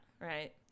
right